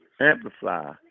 amplify